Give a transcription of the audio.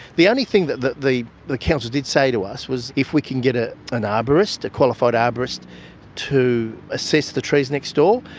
the only thing that the the council did say to us was if we can get ah an arborist, a qualified arborist to assess the trees next door,